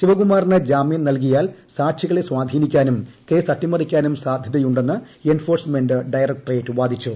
ശിവകുമാറിന് ് ജാമ്യം നൽകിയാൽ സാക്ഷികളെ സ്വാധീനിക്കാനും കേസ് ് അട്ടിമറിക്കാനും സാധ്യതയുണ്ടെന്ന് എൻഫോഴ്സ്മെന്റ് ഡയറക്ടറേറ്റ് വാദിച്ചു